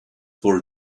for